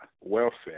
welfare